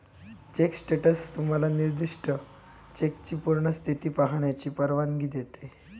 check status तुम्हाला निर्दिष्ट चेकची पूर्ण स्थिती पाहण्याची परवानगी देते